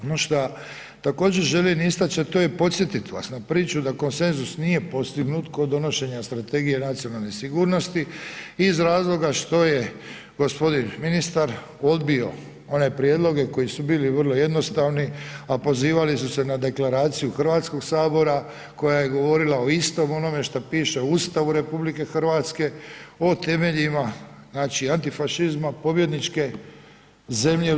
Ono što također želim istaći, a to je podsjetiti vas na priču da konsenzus nije postignut kod donošenja strategije racionalne sigurnosti iz razloga što je g. ministar odbio onaj prijedloge koji su bili vrlo jednostavni, a pozivali su se na Deklaraciju HS-a koja je govorila o istom onome što piše u Ustavu RH, o temeljima znači, antifašizma, pobjedničke zemlje u II.